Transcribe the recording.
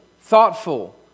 thoughtful